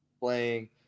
playing